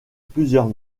plusieurs